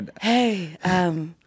Hey